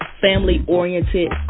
family-oriented